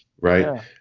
right